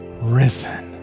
risen